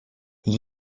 gli